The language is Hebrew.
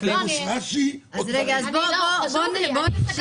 יש פירוש רש"י או --- בואו נקשיב,